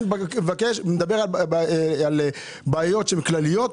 אני מדבר על בעיות כלליות,